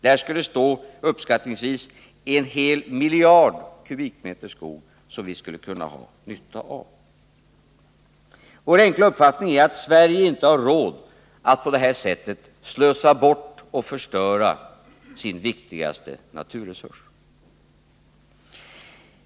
Där skulle det stå uppskattningsvis en hel miljard kubikmeter skog som vi skulle kunna ha nytta av. Vår enkla uppfattning är att Sverige inte har råd att på det här sättet slösa bort och förstöra sin viktigaste naturresurs.